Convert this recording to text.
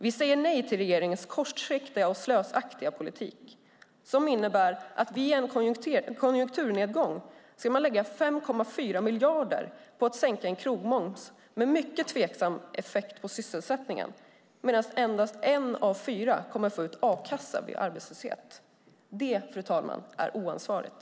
Vi säger nej till regeringens kortsiktiga och slösaktiga politik som innebär att man vid en konjunkturnedgång ska lägga 5,4 miljarder på att sänka krogmomsen, med mycket tveksam effekt på sysselsättningen, medan endast en av fyra kommer att få ut a-kassa vid arbetslöshet. Det, fru talman, är oansvarigt.